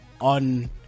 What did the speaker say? on